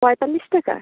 পঁয়তাল্লিশ টাকা